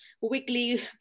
weekly